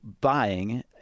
buying